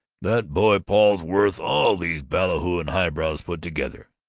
that boy paul's worth all these ballyhooing highbrows put together,